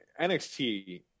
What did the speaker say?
NXT